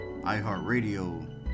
iHeartRadio